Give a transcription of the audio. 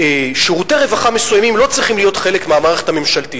ששירותי רווחה מסוימים לא צריכים להיות חלק ממערכת הממשלה.